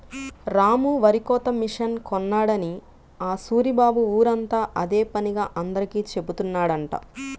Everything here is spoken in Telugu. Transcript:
రాము వరికోత మిషన్ కొన్నాడని ఆ సూరిబాబు ఊరంతా అదే పనిగా అందరికీ జెబుతున్నాడంట